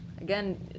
again